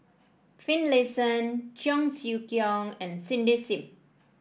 Finlayson Cheong Siew Keong and Cindy Sim